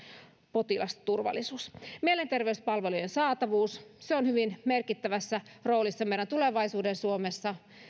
potilasturvallisuus mielenterveyspalvelujen saatavuus on hyvin merkittävässä roolissa meidän tulevaisuuden suomessa